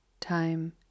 time